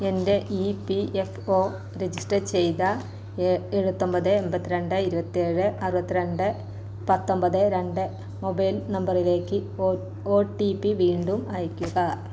എൻ്റെ E P F O register ചെയ്ത എ എഴുപത്തൊമ്പത് എൺപത്തി രണ്ട് ഇരുപത്തേഴ് അറുപത്തിരണ്ട് പത്തൊമ്പത് രണ്ട് മൊബൈൽ നമ്പറിലേക്ക് ഒ ടി പി വീണ്ടും അയയ്ക്കുക